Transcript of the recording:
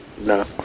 no